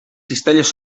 cistelles